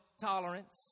tolerance